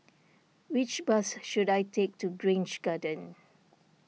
which bus should I take to Grange Garden